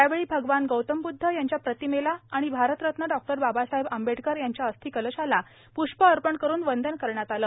यावेळी अगवान गौतम बदध यांच्या प्रतिमेला आणि भारतरत्न डॉक्टर बाबासाहेब आंबेडकर यांच्या अस्थिकलशाला पृष्प अर्पण करून वंदन करण्यात आले